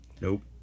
Nope